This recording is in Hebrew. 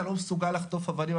אני לא מסוגל לחטוף אבנים,